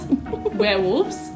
Werewolves